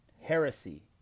heresy